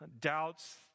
doubts